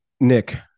Nick